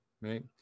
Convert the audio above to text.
right